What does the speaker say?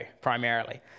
primarily